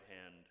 hand